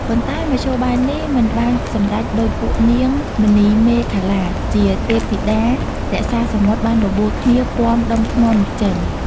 ប៉ុន្តែមធ្យោបាយនេះមិនបានសម្រេច ដោយពួកនាង មណីមេខល្លា ជាទេពធិតារក្សាសមុទ្របានបបួលគ្នាពាំដុំថ្មនោះចេញ។